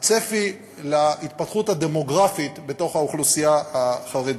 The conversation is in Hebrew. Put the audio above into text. הצפי להתפתחות הדמוגרפית בתוך האוכלוסייה החרדית.